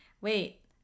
Wait